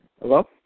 Hello